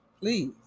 Please